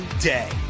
day